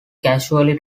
casually